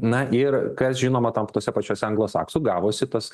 na ir kas žinoma tam tose pačiose anglosaksų gavosi tas